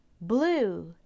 blue